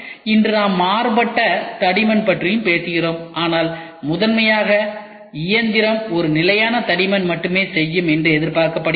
இன்று நாம் மாறுபட்ட தடிமன் பற்றியும் பேசுகிறோம் ஆனால் முதன்மையாக இயந்திரம் ஒரு நிலையான தடிமன் மட்டுமே செய்யும் என்று எதிர்பார்க்கப்படுகிறது